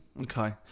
Okay